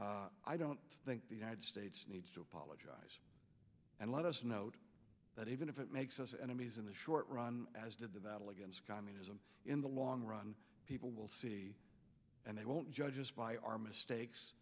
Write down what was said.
i don't think the united needs to apologize and let us note that even if it makes us enemies in the short run as did the battle against communism in the long run people will see and they won't judge us by our mistakes